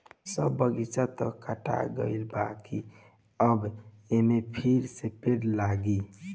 सब बगीचा तअ काटा गईल बाकि अब एमे फिरसे पेड़ लागी